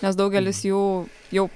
nes daugelis jų jau